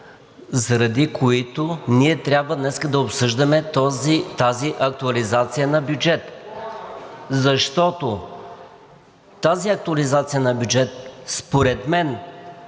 заради които ние трябва днес да обсъждаме тази актуализация на бюджет? Защото тази актуализация на бюджет според мен